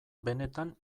benetan